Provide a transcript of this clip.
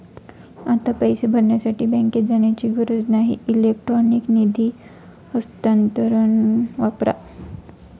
आता पैसे भरण्यासाठी बँकेत जाण्याची गरज नाही इलेक्ट्रॉनिक निधी हस्तांतरण वापरा